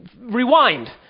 rewind